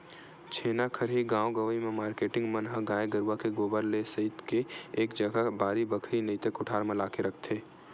छेना खरही गाँव गंवई म मारकेटिंग मन ह गाय गरुवा के गोबर ल सइत के एक जगा बाड़ी बखरी नइते कोठार म लाके रखथे